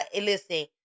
listen